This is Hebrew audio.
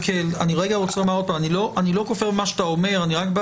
אני רוצה לומר פה ואני לא כופר במה שאתה אומר אלא אני רק בא